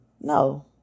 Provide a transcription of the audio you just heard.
No